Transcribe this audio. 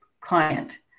client